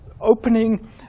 opening